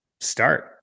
start